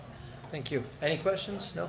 thank you, any questions, no?